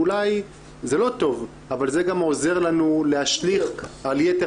אולי זה לא טוב אבל זה גם עוזר לנו להשליך על יתר